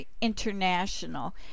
international